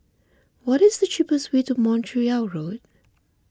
what is the cheapest way to Montreal Road